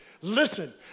Listen